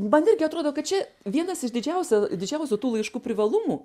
man irgi atrodo kad čia vienas iš didžiausia didžiausių tų laiškų privalumų